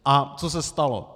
A co se stalo?